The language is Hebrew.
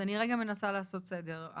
אז אני רגע מנסה לעשות סדר.